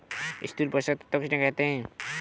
स्थूल पोषक तत्व किन्हें कहते हैं?